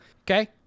okay